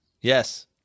Yes